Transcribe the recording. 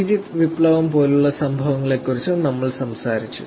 Egypt വിപ്ലവം പോലുള്ള സംഭവങ്ങളെക്കുറിച്ചും നമ്മൾ സംസാരിച്ചു